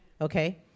okay